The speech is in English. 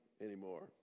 anymore